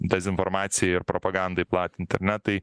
dezinformacijai ir propagandai platinti ar ne tai